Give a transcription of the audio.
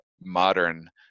modern